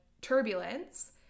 turbulence